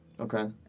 Okay